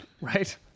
right